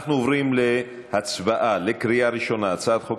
אנחנו עוברים להצבעה בקריאה ראשונה על הצעת חוק